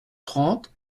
trente